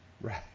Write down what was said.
Right